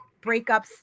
breakups